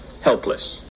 helpless